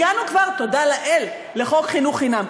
הגענו כבר, תודה לאל, לחוק חינוך חינם.